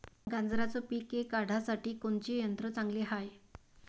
गांजराचं पिके काढासाठी कोनचे यंत्र चांगले हाय?